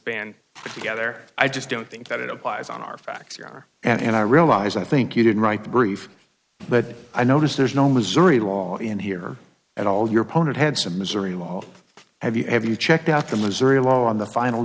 band together i just don't think that it applies on our facts here and i realize i think you didn't write the brief but i notice there's no missouri law in here and all your opponent had some missouri law have you have you checked out the missouri law on the final